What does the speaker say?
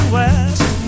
west